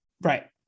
Right